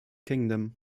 kingdom